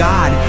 God